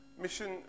Mission